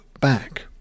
back